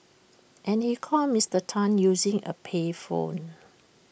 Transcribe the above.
and he called Mister Tan using A payphone